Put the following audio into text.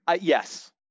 Yes